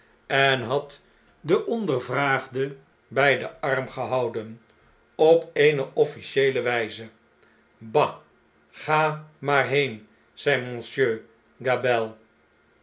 en had den ondervraagde bp den armgehouden op eene oflicieele wijze bah ga maar heen zeide monsieur